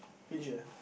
finished eh